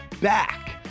back